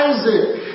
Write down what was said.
Isaac